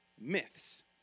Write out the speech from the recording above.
myths